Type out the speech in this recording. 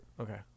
Okay